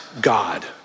God